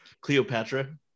Cleopatra